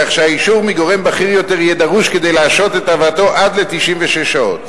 כך שאישור מגורם בכיר יותר יהיה דרוש כדי להשהות את הבאתו עד ל-96 שעות.